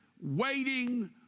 waiting